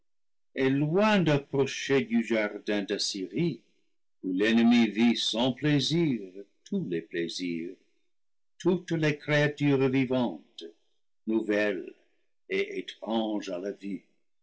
est loin d'approcher du jardin d'assyrie où l'ennemi vit sans plaisir tous les plaisirs toutes les créatures vivantes nouvelles et étranges à la vue